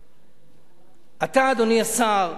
אתה, אדוני השר,